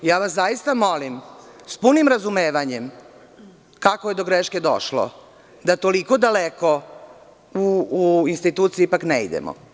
Ja vas zaista molim, s punim razumevanjem kako je do greške došlo, da toliko daleko u instituciji ipak ne idemo.